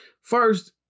First